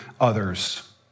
others